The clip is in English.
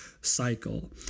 cycle